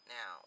Now